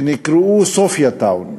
סופיאטאון.